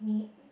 meat